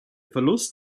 verlust